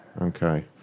Okay